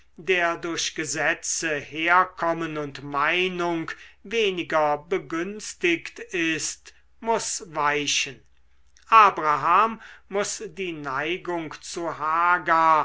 der durch gesetze herkommen und meinung weniger begünstigt ist muß weichen abraham muß die neigung zu hagar